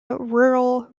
rural